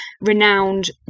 renowned